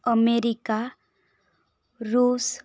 America Russia